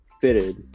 fitted